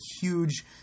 huge